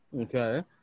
Okay